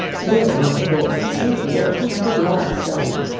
well, my boy, so you're hooked at last, are you?